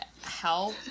help